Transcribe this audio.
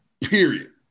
Period